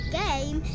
game